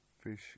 fish